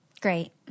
Great